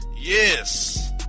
yes